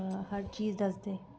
हर चीज दसदे